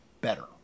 better